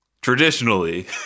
traditionally